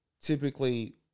typically